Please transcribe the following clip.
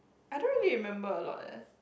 I don't really remember a lot leh